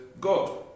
God